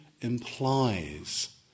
implies